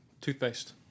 toothpaste